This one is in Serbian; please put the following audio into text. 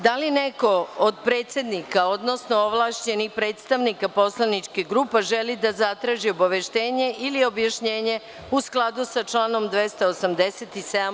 Da li neko od predsednika odnosno ovlašćenih predstavnika poslaničkih grupa želi da zatraži obaveštenje ili objašnjenje u skladu sa članom 287.